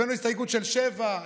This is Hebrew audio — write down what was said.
הבאנו הסתייגות של שבע,